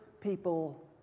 people